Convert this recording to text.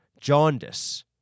Jaundice